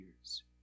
years